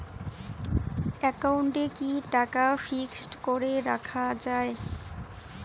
একাউন্টে কি টাকা ফিক্সড করে রাখা যায়?